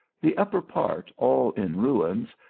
the upper part all in ruins,